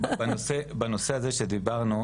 בנושא הזה שדיברנו,